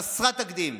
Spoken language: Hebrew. היא חסרת תקדים,